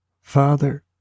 Father